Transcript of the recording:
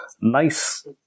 Nice